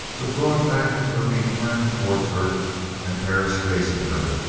the broad back of hervey turned towards her and perris facing her,